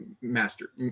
master